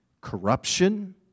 corruption